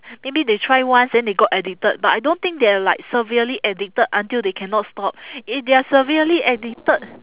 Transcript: maybe they try once then they got addicted but I don't think they are like severely addicted until they cannot stop if they are severely addicted